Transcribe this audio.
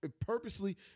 purposely